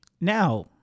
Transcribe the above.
Now